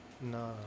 No